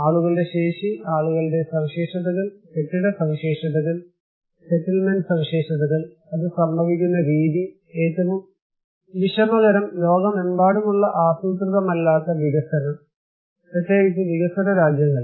ആളുകളുടെ ശേഷി അവരുടെ സവിശേഷതകൾ കെട്ടിട സവിശേഷതകൾ സെറ്റിൽമെന്റ് സവിശേഷതകൾ അത് സംഭവിക്കുന്ന രീതി എറ്റവും വിഷമകരം ലോകമെമ്പാടുമുള്ള ആസൂത്രിതമല്ലാത്ത വികസനം പ്രത്യേകിച്ച് വികസ്വര രാജ്യങ്ങളിൽ